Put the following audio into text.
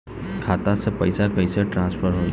खाता से पैसा कईसे ट्रासर्फर होई?